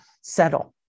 settle